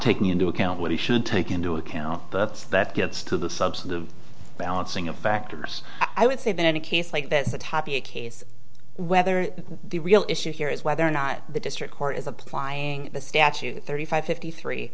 taking into account what he should take into account but that gets to the substance of balancing of factors i would say that in a case like this the tapia case whether the real issue here is whether or not the district court is applying the statute thirty five fifty three